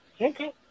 Okay